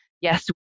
yes